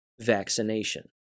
vaccination